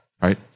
right